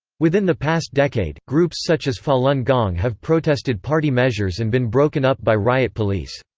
within the past decade, groups such as falun gong have protested party measures and been broken up by riot police.